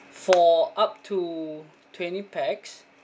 for up to twenty pax